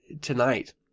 tonight